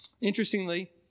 interestingly